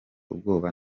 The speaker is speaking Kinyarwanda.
ubwoba